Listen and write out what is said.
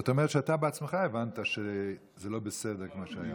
זאת אומרת שאתה בעצמך הבנת שזה לא בסדר, כמו שהיה.